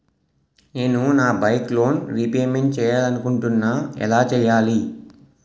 నేను నా bike loan repayment చేయాలనుకుంటున్నా ఎలా చేయాలి?